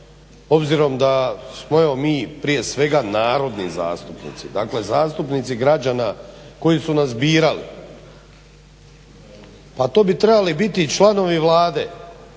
obzirom da smo evo mi prije svega narodni zastupnici, dakle zastupnici građana koji su nas birali. Pa to bi trebali biti i članovi Vlade